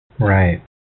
Right